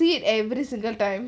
meet every single time